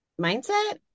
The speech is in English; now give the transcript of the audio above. mindset